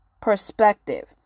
perspective